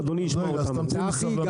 קטנים.